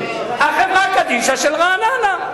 החברה קדישא של רעננה.